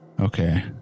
Okay